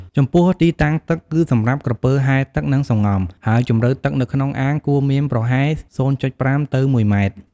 ចំពោះទីតាំងទឹក គឺសម្រាប់ក្រពើហែលទឹក និងសម្ងំ ហើយជម្រៅទឹកនៅក្នុងអាងគួរមានប្រហែល ០.៥ ទៅ១ ម៉ែត្រ។